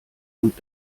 und